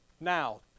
Now